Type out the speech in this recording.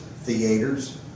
theaters